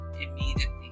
immediately